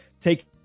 take